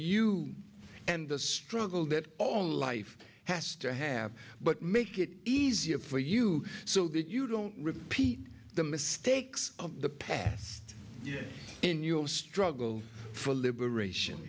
you and the struggle that all life has to have but make it easier for you so that you don't repeat the mistakes of the past in your struggle for liberation